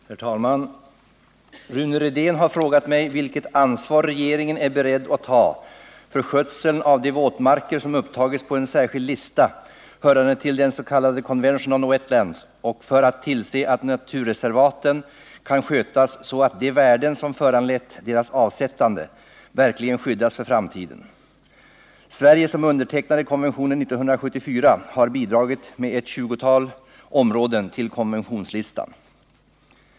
Herr talman! Rune Rydén har frågat mig vilket ansvar regeringen är beredd att ta för skötseln av de våtmarker som upptagits på en särskild lista, hörande till den s.k. Convention on Wetlands, och för att tillse att naturreservaten kan skötas så att de värden som föranlett deras avsättande verkligen skyddas för framtiden. Sverige, som undertecknade konventionen 1974, har bidragit med ett tjugotal områden till konventionslistan.